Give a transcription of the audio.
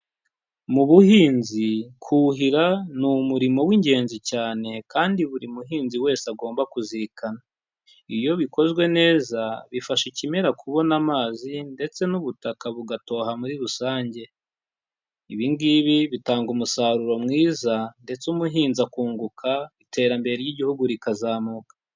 Mu buhinzi kuhira ni umurimo w'ingenzi cyane kandi buri muhinzi wese agomba kuzirikana. Iyo bikozwe neza bifasha ikimera kubona amazi ndetse n'ubutaka bugatoha muri rusange. Ibi ngibi bitanga umusaruro mwiza ndetse umuhinzi akunguka, iterambere ry'igihugu rikazamuka.